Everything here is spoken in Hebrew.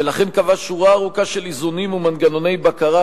ולכן קבעה שורה ארוכה של איזונים ומנגנוני בקרה,